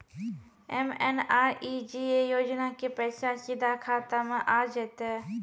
MNREGA योजना के पैसा सीधा खाता मे आ जाते?